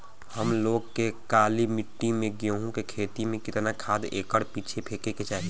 हम लोग के काली मिट्टी में गेहूँ के खेती में कितना खाद एकड़ पीछे फेके के चाही?